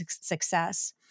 success